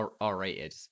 R-rated